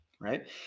Right